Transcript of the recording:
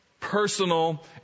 personal